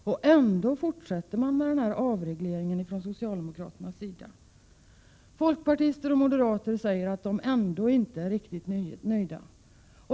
Ändå fortsätter socialdemokraterna med denna avreglering. Folkpartister och moderater säger att de ändå inte är riktigt nöjda.